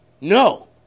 No